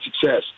success